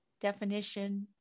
definition